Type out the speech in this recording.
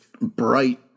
bright